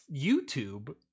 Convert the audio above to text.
youtube